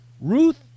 Ruth